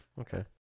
Okay